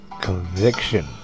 conviction